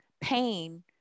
pain